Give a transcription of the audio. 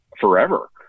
forever